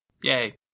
Yay